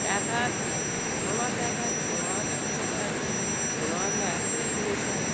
এক হাত কোনো মাছ এক হাত কোনো মাছ একটু ছোট হয় কোনো মাছ বা এক হাতের একটু বেশি হয়